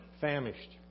famished